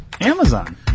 Amazon